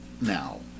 now